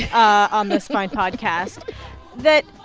on this fine podcast that,